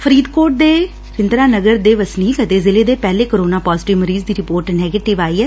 ਫਰੀਦਕੋਟ ਦੇ ਹਰਿੰਦਰਾ ਨਗਰ ਦੇ ਵਸਨੀਕ ਅਤੇ ਜ਼ਿਲ੍ਹੇ ਦੇ ਪਹਿਲੇ ਕਰੋਨਾ ਪਾਜਟਿਵ ਮਰੀਜ਼ ਦੀ ਰਿਪੋਰਟ ਨੈਗਟਿਵ ਆਈ ਏ